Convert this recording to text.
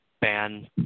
ban